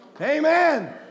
Amen